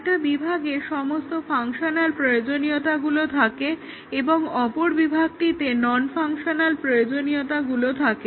একটা বিভাগে সমস্ত ফাংশনাল প্রয়োজনীয়তাগুলো থাকে এবং অপর বিভাগটিতে নন ফাংশনাল প্রয়োজনগুলো থাকে